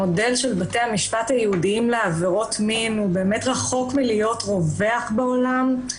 המודל של בתי המשפט הייעודיים לעבירות מין באמת רחוק מלהיות רווח בעולם.